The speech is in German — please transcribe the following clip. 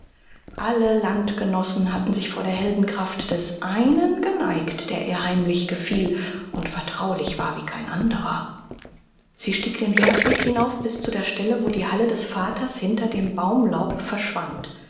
alle landgenossen hatten sich vor der heldenkraft des einen geneigt der ihr heimlich gefiel und vertraulich war wie kein anderer sie stieg den bergweg hinauf bis zu der stelle wo die halle des vaters hinter dem baumlaub verschwand